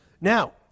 Now